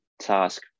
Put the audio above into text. task